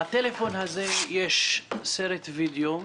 בטלפון הזה יש סרט וידאו,